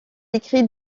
écrit